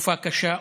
תקופה קשה,